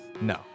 no